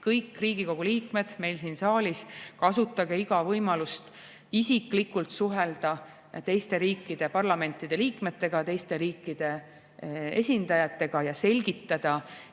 kõik Riigikogu liikmed meil siin saalis, kasutage iga võimalust isiklikult suhelda teiste riikide parlamentide liikmetega, teiste riikide esindajatega, ja selgitada,